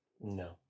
No